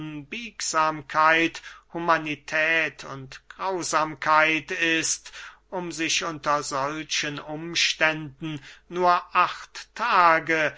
unbiegsamkeit humanität und grausamkeit ist um sich unter solchen umständen nur acht tage